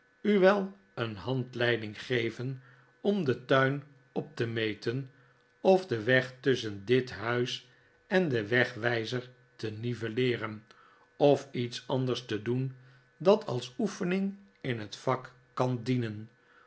u wel een handleiding geven om den tuin op te meten of den weg tusschen dit huis en den wegwijzer te nivelleeren of iets anders te maarten ghuzzlewit doen dat als oefening in het vak kan dienen